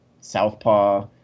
Southpaw